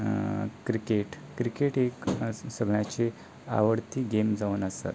cricket cricket एक सगल्यांची आवडटी गेम जावन आसा